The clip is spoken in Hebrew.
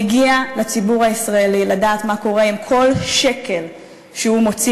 מגיע לציבור הישראלי לדעת מה קורה עם כל שקל שהוא מוציא